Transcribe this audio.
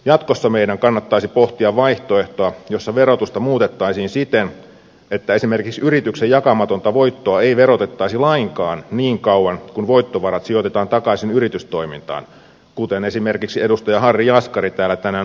jatkossa meidän kannattaisi pohtia vaihtoehtoa jossa verotusta muutettaisiin siten että esimerkiksi yrityksen jakamatonta voittoa ei verotettaisi lainkaan niin kauan kuin voittovarat sijoitetaan takaisin yritystoimintaan kuten esimerkiksi edustaja harri jaskari täällä tänään aiemmin esitti